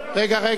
רגע, רגע.